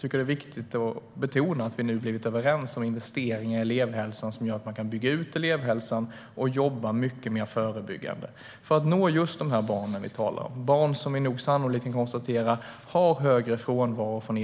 Det är viktigt att betona att vi nu har blivit överens om investeringar i elevhälsan som gör att man kan bygga ut den och jobba mycket mer förebyggande för att nå just de barn som vi talar om. Det handlar om barn som vi nog sannolikt kan konstatera har högre frånvaro från